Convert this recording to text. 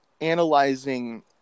analyzing